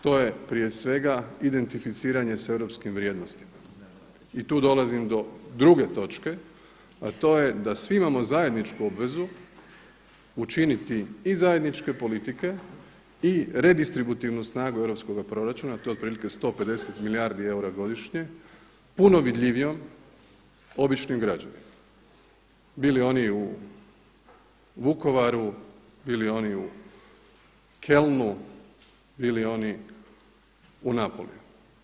To je prije svega identificiranje sa europskim vrijednostima i tu dolazim do druge točke, a to je da svi imamo zajedničku obvezu učiniti i zajedničke politike i redistributivnu snagu europskoga proračuna, a to je otprilike 150 milijardi eura godišnje puno vidljivijom običnim građanima bili oni u Vukovaru, bili oni u Kolnu, bili oni u Napoliu.